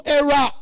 era